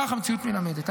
כך המציאות מלמדת.